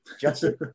Justin